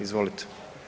Izvolite.